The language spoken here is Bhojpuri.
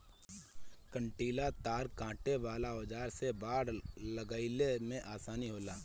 कंटीला तार काटे वाला औज़ार से बाड़ लगईले में आसानी होला